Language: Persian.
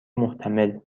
محتمل